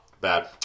bad